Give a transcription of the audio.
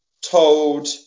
told